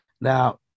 Now